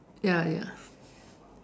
ya ya